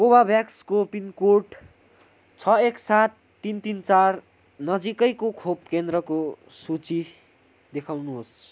कोभोभ्याक्सको pin code छ एक सात तिन तिन चार नजिकैको खोप केन्द्रको सूची देखाउनुहोस्